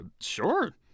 Sure